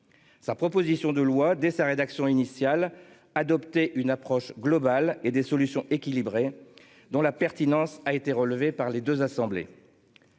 Sa proposition de loi dès sa rédaction initiale adopter une approche globale et des solutions équilibrées. Dont la pertinence a été relevé par les 2 assemblées.